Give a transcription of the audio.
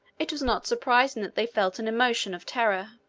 it was not surprising that they felt an emotion of terror.